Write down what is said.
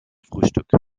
frühstück